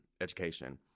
education